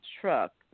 truck